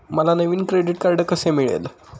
मला नवीन credit card कसे मिळेल?